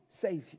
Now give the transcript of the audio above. Savior